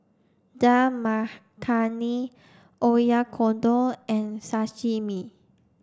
Dal Makhani Oyakodon and Sashimi